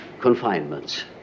confinements